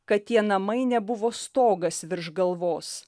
kad tie namai nebuvo stogas virš galvos